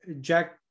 Jack